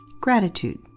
Gratitude